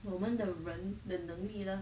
我们的人的能力了